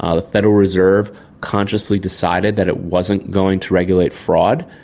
ah the federal reserve consciously decided that it wasn't going to regulate fraud,